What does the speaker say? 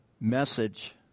message